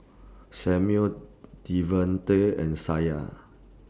Samual Devante and Shayne